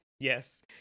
Yes